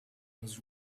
was